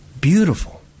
beautiful